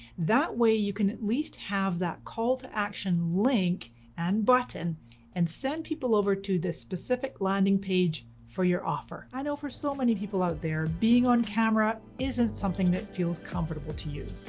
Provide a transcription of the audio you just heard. that way you can at least have that call to action link and button and send people over to the specific landing page for your offer. i know for so many people out there, being on camera isn't something that feels comfortable to you.